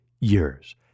years